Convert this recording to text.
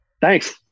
thanks